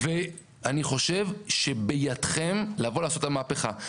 ואני חושב שבידכם לבוא לעשות את המהפכה.